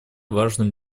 важным